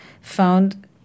found